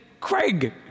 Craig